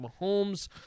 Mahomes